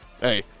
hey –